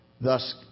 thus